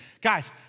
Guys